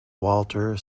walter